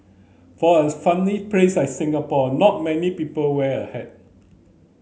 for a sunny place like Singapore not many people wear a hat